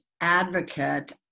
advocate